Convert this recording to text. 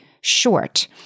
short